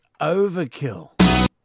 overkill